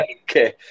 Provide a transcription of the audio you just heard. Okay